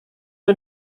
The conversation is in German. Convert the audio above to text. nur